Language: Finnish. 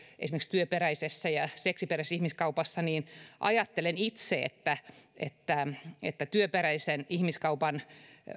esimerkiksi työperäisessä ja seksiperäisessä ihmiskaupassa niin ajattelen itse että että työperäisen ihmiskaupan